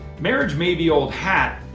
marriage may be old hat,